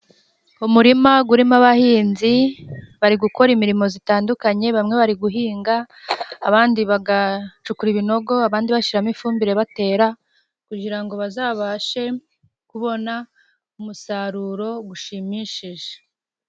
Umurima gurimo abahinzi bari gukora imirimo zitandukanye, bamwe bari guhinga, abandi bagacukura ibinogo, abandi bashiramo ifumbire batera kugira ngo bazabashe kubona umusaruro gushimishije.